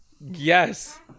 Yes